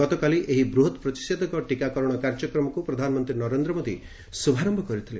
ଗତକାଲି ଏହି ବୃହତ ପ୍ରତିଷେଧକ ଟିକାକରଣ କାର୍ଯ୍ୟକ୍ରମକୁ ପ୍ରଧାନମନ୍ତ୍ରୀ ନରେନ୍ଦ୍ର ମୋଦୀ ଶୁଭାରମ୍ଭ କରିଥିଲେ